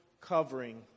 covering